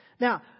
Now